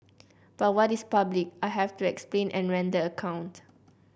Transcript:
but what is public I have to explain and render account